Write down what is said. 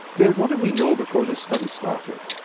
david, want did we know before this study started?